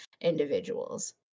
individuals